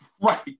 Right